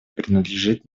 принадлежит